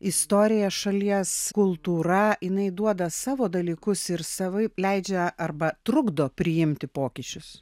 istorija šalies kultūra jinai duoda savo dalykus ir savaip leidžia arba trukdo priimti pokyčius